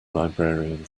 librarian